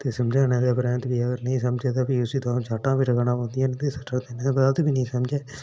ते समझाने दे परैंत्त बी अगर नेईं समझै तां उसी फ्ही द'ऊं सट्टां बी रक्खना पौंदियां न ते सुट्टने दे बाद बी नेईं समझै